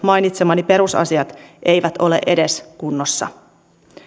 mainitsemani perusasiat eivät ole edes kunnossa